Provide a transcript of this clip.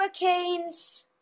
Hurricanes